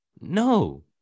No